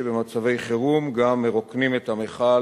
שבמצבי חירום גם מרוקנים את המכל,